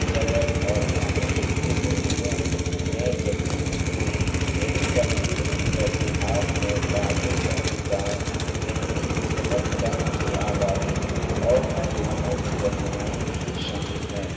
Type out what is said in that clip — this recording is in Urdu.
جبر اور خاموشی کے زنجیروں میں جکڑی ہوئی ہیں میری تحریری ترجیحات میں تعلیم کا کردار ذہنی صحت کا کی آگاہی اور نوجوانوں کی رہنمائی بھی شامل ہے